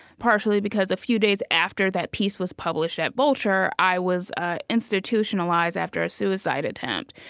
partially because a few days after that piece was published at vulture, i was ah institutionalized after a suicide attempt.